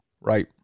Right